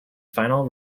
final